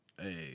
Hey